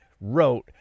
wrote